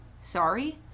Sorry